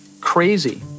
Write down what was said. crazy